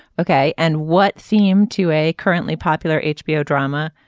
ok. and what seemed to a currently popular hbo drama.